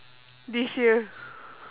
this year